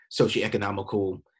socioeconomical